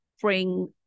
bring